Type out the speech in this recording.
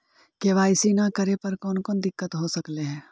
KYC न करे पर कौन कौन दिक्कत हो सकले हे?